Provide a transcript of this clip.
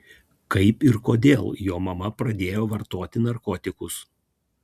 kaip ir kodėl jo mama pradėjo vartoti narkotikus